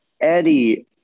eddie